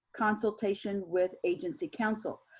consultation with agency counsel.